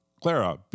Clara